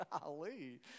golly